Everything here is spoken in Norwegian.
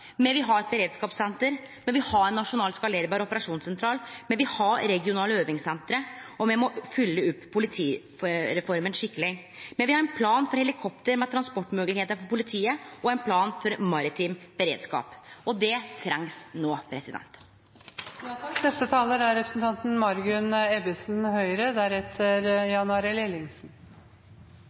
Me vil ha eit beredskapssenter, me vil ha ein nasjonal skalerbar operasjonssentral, me vil ha regionale øvingssenter, me må fylgje opp politireforma skikkeleg, me vil ha ein plan for helikopter med transportmoglegheiter for politiet og ein plan for maritim beredskap. Det trengst